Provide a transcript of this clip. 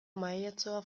mahaitxoa